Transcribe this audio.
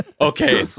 Okay